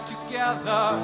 together